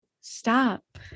stop